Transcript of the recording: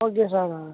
okay sir